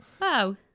Wow